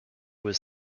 was